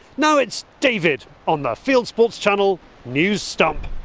now it is david on the fieldsports channel news stump.